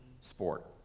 sport